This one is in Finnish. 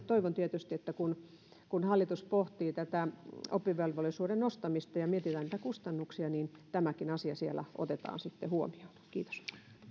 toivon tietysti että kun kun hallitus pohtii tätä oppivelvollisuuden nostamista ja mietitään näitä kustannuksia niin tämäkin asia siellä otetaan huomioon kiitos